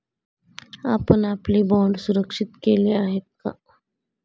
आपण आपले बाँड सुरक्षित केले आहेत का?